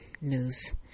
news